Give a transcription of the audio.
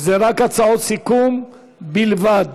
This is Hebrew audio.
אלה הצעות סיכום בלבד,